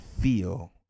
feel